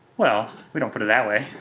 well, we don't put it that way,